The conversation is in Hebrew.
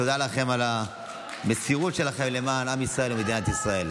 תודה לכם על המסירות שלכם למען עם ישראל ומדינת ישראל.